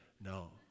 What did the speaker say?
No